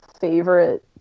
Favorite